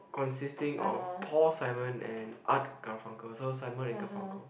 consisting of Paul Simon and Art Garfunkel so Simon and Garfunkel